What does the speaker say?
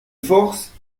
force